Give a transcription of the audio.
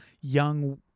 young